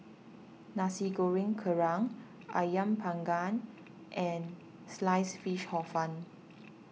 Nasi Goreng Kerang Ayam Panggang and Sliced Fish Hor Fun